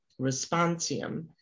Responsium